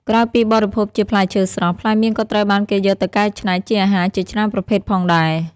ក្រៅពីបរិភោគជាផ្លែឈើស្រស់ ផ្លែមៀនក៏ត្រូវបានគេយកទៅកែច្នៃជាអាហារជាច្រើនប្រភេទផងដែរ។